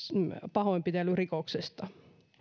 pahoinpitelyrikoksesta